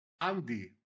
Andy